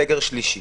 סגר שלישי.